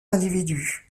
individus